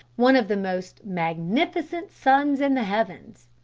one of the most magnificent suns in the heavens.